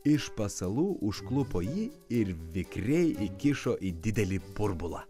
iš pasalų užklupo jį ir vikriai įkišo į didelį burbulą